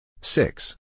six